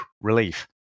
Relief